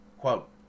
Quote